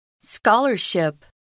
Scholarship